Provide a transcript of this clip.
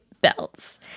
belts